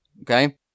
Okay